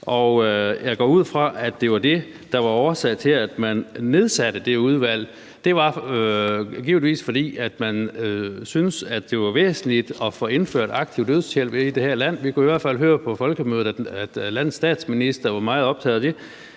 Jeg går ud fra, at det var det, der var årsag til, at man nedsatte det udvalg. Det var givetvis, fordi man syntes, det var væsentligt at få indført aktiv dødshjælp i det her land. Vi kunne i hvert fald høre på folkemødet, at landets statsminister var meget optaget af det.